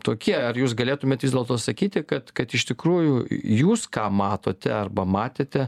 tokie ar jūs galėtumėt vis dėlto sakyti kad kad iš tikrųjų jūs ką matote arba matėte